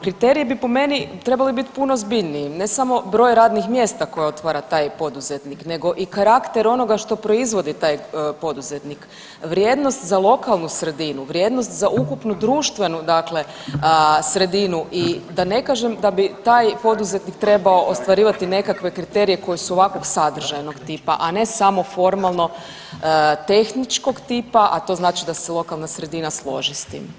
Kriteriji bi po meni trebali biti puno ozbiljniji, ne samo broj radnih mjesta koje otvara taj poduzetnik nego i karakter onoga što proizvodi taj poduzetnik, vrijednost za lokalnu sredinu, vrijednost za ukupnu društvenu dakle sredinu i da ne kažem da bi taj poduzetnik trebao ostvarivati nekakve kriterije koje su ovakvog sadržajnog tipa, a ne samo formalno tehničkog tipa, a to znači da se lokalna sredina složi s tim.